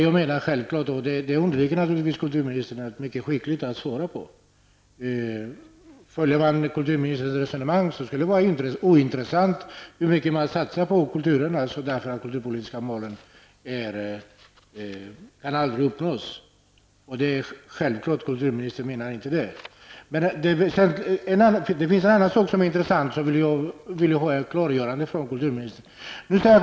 Jag menar att detta är självklart, men kulturministern undviker mycket skickligt att svara på min fråga. Enligt kulturministerns resonemang skulle det vara ointressant hur mycket som satsas på kulturen, eftersom de kulturpolitiska målen aldrig kan uppnås. Men självfallet menar kulturministern inte det. Jag skulle även vilja ha ett klargörande från kulturministern i en annan intressant fråga.